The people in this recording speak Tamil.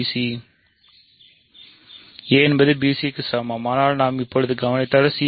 a பிbc க்கு சமம் ஆனால் நாம் இப்போது கவனித்தால் cad